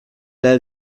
l’a